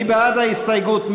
מי בעד ההסתייגות?